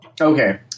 Okay